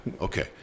Okay